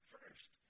First